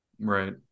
right